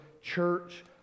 church